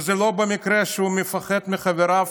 וזה לא מקרה שהוא מפחד מחבריו